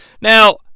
Now